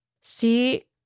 See